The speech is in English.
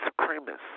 supremacists